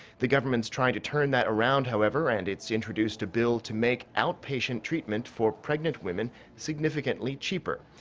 the government's trying to turn that around, however, and it's introduced a bill to make outpatient treatment for pregnant women significantly cheaper.